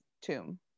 tomb